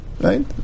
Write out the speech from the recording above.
right